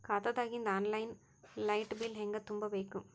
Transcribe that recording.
ಖಾತಾದಾಗಿಂದ online light bill ಹೇಂಗ ತುಂಬಾ ಬೇಕು?